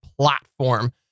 platform